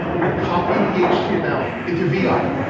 i copied the html into vi,